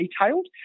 detailed